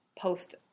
post